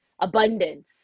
Abundance